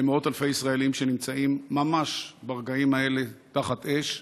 למאות אלפי ישראלים שנמצאים ממש ברגעים האלה תחת אש,